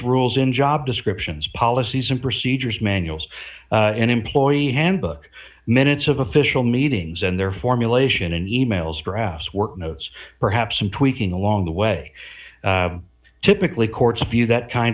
rules in job descriptions policies and procedures manuals and employee handbook minutes of official meetings and their formulation in emails drafts work notes perhaps some tweaking along the way typically courts a few that kind